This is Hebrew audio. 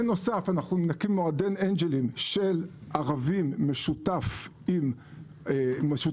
בנוסף אנחנו נקים מועדון אנג'לים של ערבים משותף עם יהודים,